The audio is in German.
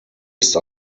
ist